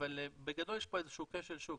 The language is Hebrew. אבל בגדול יש פה איזה שהוא כשל שוק.